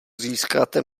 získáte